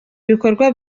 ibikorwa